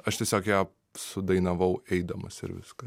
aš tiesiog ją sudainavau eidamas ir viskas